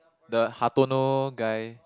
the Hartono guy